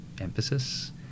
emphasis